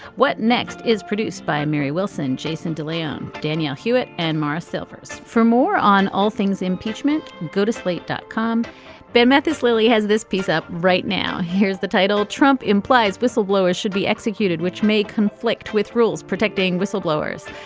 what next is produced by mary wilson jason dillon um danielle hewett and mara silvers. for more on all things impeachment go to slate dot com ben mathis lilly has this piece up right now. here's the title trump implies whistleblowers should be executed which may conflict with rules protecting whistleblowers.